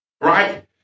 right